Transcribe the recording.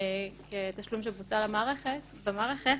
כתשלום שבוצע במערכת.